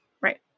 Right